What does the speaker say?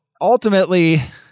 ultimately